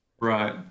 Right